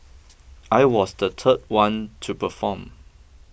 I was the third one to perform